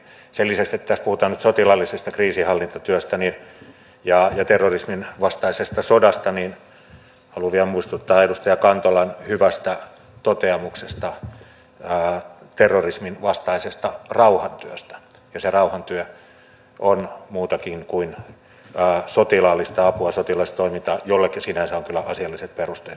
sen lisäksi että tässä puhutaan nyt sotilaallisesta kriisinhallintatyöstä ja terrorismin vastaisesta sodasta haluan vielä muistuttaa edustaja kantolan hyvästä toteamuksesta terrorismin vastaisesta rauhantyöstä ja se rauhantyö on muutakin kuin sotilaallista apua sotilaallista toimintaa jolle myös sinänsä on kyllä asialliset perusteet